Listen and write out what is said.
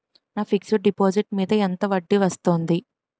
నా fixed deposit మీద ఎంత వడ్డీ వస్తుంది?